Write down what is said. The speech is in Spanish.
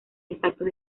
exactos